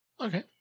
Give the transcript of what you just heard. Okay